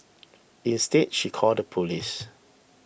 instead she called the police